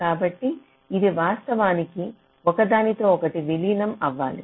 కాబట్టి ఇది వాస్తవానికి ఒకదానితో ఒకటి విలీనం అవ్వాలి